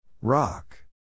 Rock